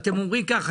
אתם אומרים ככה,